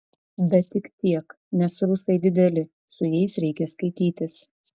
bet tik tiek nes rusai dideli su jais reikia skaitytis